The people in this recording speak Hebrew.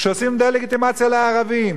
כשעושים דה-לגיטימציה לחרדים,